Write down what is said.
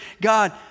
God